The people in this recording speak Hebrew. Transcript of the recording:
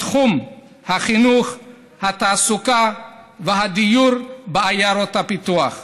בתחום החינוך, התעסוקה והדיור בעיירות הפיתוח,